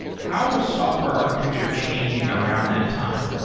how was software architecture changing around that time?